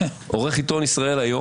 עורך עיתון ישראל היום,